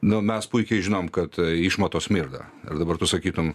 nu mes puikiai žinom kad išmatos smirda ir dabar tu sakytum